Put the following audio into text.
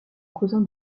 cousin